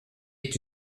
est